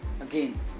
Again